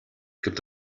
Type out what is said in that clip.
gibt